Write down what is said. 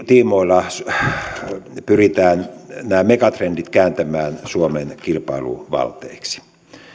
tiimoilla pyritään nämä megatrendit kääntämään suomen kilpailuvalteiksi